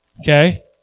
Okay